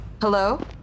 Hello